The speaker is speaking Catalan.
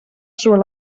sobre